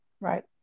Right